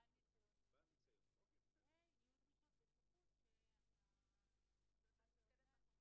אני מאמין שאפשר וצריך לעשות צ'ק ליסט שחברה כזאת,